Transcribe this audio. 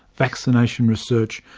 vaccination research,